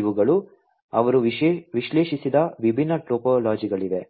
ಇವುಗಳು ಅವರು ವಿಶ್ಲೇಷಿಸಿದ ವಿಭಿನ್ನ ಟೋಪೋಲಜಿಗಳಾಗಿವೆ